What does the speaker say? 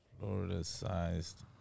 Florida-sized